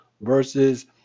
versus